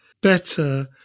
better